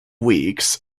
weeks